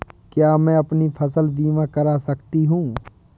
क्या मैं अपनी फसल बीमा करा सकती हूँ?